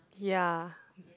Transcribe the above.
ya